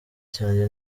cyanjye